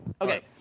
Okay